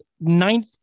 ninth